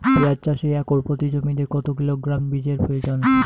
পেঁয়াজ চাষে একর প্রতি জমিতে কত কিলোগ্রাম বীজের প্রয়োজন?